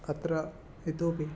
अत्र इतोऽपि